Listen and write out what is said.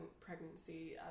pregnancy